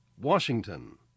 Washington